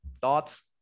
Thoughts